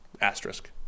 asterisk